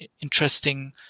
interesting